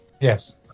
Yes